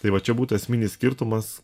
tai va čia būtų esminis skirtumas